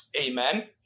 Amen